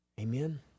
Amen